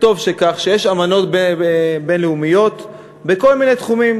וטוב שכך, יש אמנות בין-לאומיות בכל מיני תחומים,